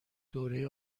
دوره